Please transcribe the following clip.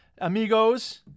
Amigos